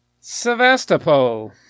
Sevastopol